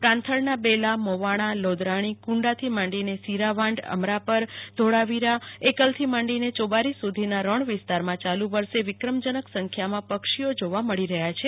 પ્રાંથળના બેલા મોવાણાં લોક્રાણી કુડાથી માંડીને સીરાવાંઢ અમરાપર ધોળાવીરા એકલથી માંડીને ચોબારી સુધીના રણ વિસતારમાં ચાલુ વર્ષે વિક્રમજનક સંખ્યામાં પક્ષીઓ જોવા મળી રહ્યા છે